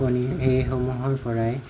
কণী সেইসমূহৰ পৰাই